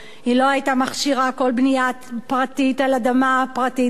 מכשירה כל בנייה פרטית על אדמה פרטית בשטחים,